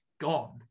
gone